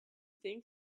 think